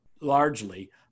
largely